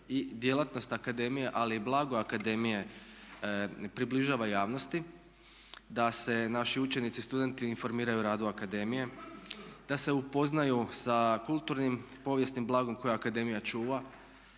i djelatnost akademije ali i blago akademije približava javnosti. Da se naši učenici, studenti informiraju o radu akademije, da se upoznaju sa kulturnim i povijesnim blagom koje akademija čuva,